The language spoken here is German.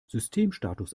systemstatus